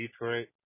detroit